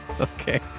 Okay